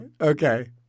Okay